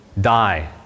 die